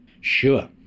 sure